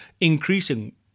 increasing